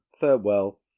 farewell